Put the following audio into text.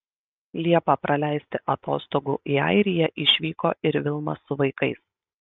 liepą praleisti atostogų į airiją išvyko ir vilma su vaikais